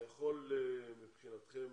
מבחינתכם